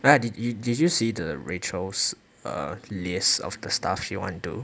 ah did did you see the rachel's uh list of the stuff she want to